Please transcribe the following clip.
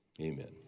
Amen